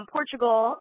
Portugal